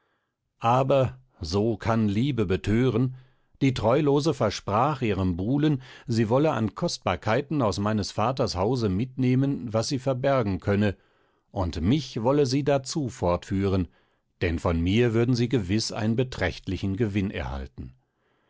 aber so kann liebe bethören die treulose versprach ihrem buhlen sie wolle an kostbarkeiten aus meines vaters hause mitnehmen was sie verbergen könne und mich wolle sie dazu fortführen denn von mir würden sie gewiß einen beträchtlichen gewinn erhalten